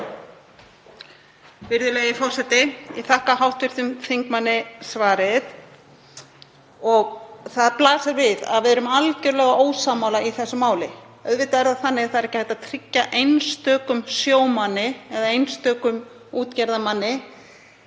Virðulegi forseti. Ég þakka hv. þingmanni svarið. Það blasir við að við erum algjörlega ósammála í þessu máli. Auðvitað er það þannig að það er ekki hægt að tryggja einstökum sjómanni eða einstökum útgerðarmanni